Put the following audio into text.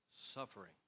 suffering